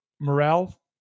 morale